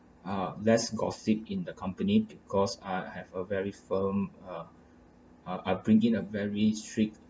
uh less gossip in the company because I have a very firm uh uh I bring in a very strict